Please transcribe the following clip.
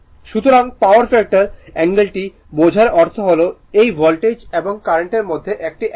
সুতরাং power factor অ্যাঙ্গেলটি বোঝার অর্থ হল এটি ভোল্টেজ এবং কারেন্টের মধ্যে একটি অ্যাঙ্গেল